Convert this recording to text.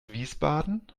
wiesbaden